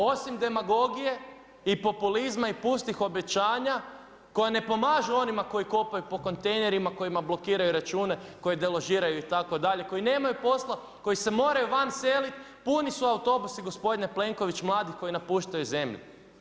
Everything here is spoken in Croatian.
Osim demagogije i populizma i pustih obećanja koja ne pomažu onima koji kopaju po kontejnerima, kojima blokiraju račune, koje deložiraju itd., koji nemaju posla, koji se moraju van seliti, puni su autobusi gospodine Plenkoviću mladih koji napuštaju zemlju.